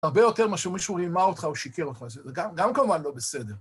הרבה יותר ממה שמישהו רימה אותך הוא שיקר אותך, זה גם כמובן לא בסדר.